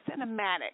cinematic